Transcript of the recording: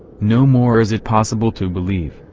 no more is it possible to believe,